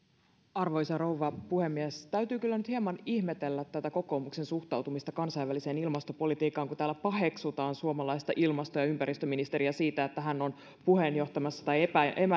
arvoisa rouva puhemies täytyy kyllä nyt hieman ihmetellä tätä kokoomuksen suhtautumista kansainväliseen ilmastopolitiikkaan kun täällä paheksutaan suomalaista ilmasto ja ympäristöministeriä siitä että hän on puheenjohtamassa tai